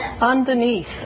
Underneath